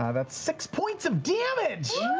ah that's six points of damage.